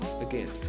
again